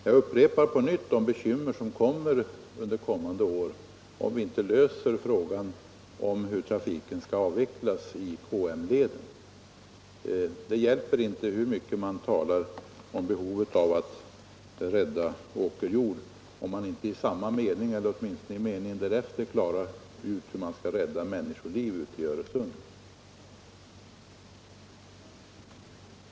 Jag upprepar på nytt att vi kommer att få bekymmer under kommande år om vi inte löser frågan om hur trafiken skall avvecklas i KM-leden. Det hjälper inte hur mycket man talar om behovet av att rädda åkerjord 25 om man inte i samma mening eller åtminstone i meningen därefter klarar ut hur man skall rädda människoliv i Öresund.